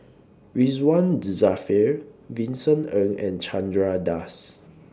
Ridzwan Dzafir Vincent Ng and Chandra Das